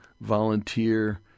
volunteer